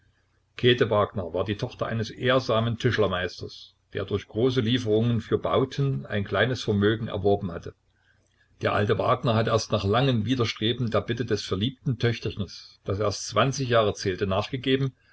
käthe wagner war die tochter eines ehrsamen tischlermeisters der durch große lieferungen für bauten ein kleines vermögen erworben hatte der alte wagner hatte erst nach langem widerstreben der bitte des verliebten töchterchens das erst jahre zählte nachgegeben